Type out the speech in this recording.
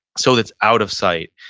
so that's out of sight.